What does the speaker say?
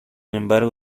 embargo